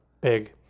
big